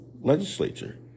legislature